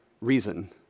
reason